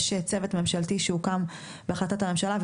יש צוות ממשלתי שהוקם בהחלטת הממשלה,